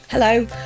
Hello